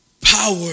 Power